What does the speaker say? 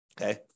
Okay